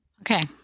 Okay